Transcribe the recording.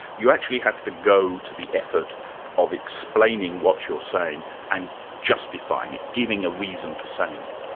you actually have to go to the effort of explaining what you're saying and justifying it, giving a reason for saying it.